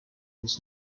his